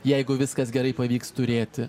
jeigu viskas gerai pavyks turėti